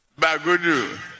Bagudu